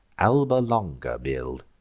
alba longa build.